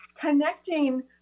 connecting